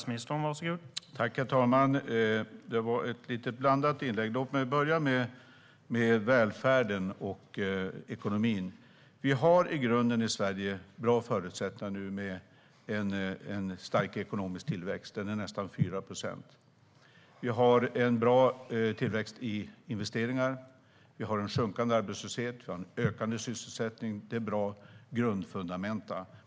Herr talman! Det var ett lite blandat inlägg. Låt mig börja med välfärden och ekonomin. Vi har i grunden i Sverige bra förutsättningar nu med en stark ekonomisk tillväxt på nästan 4 procent. Vi har en bra tillväxt i investeringarna. Vi har en sjunkande arbetslöshet. Vi har också en ökande sysselsättning. Det är bra grundfundamenta.